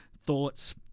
thoughts